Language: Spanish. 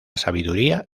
sabiduría